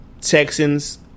Texans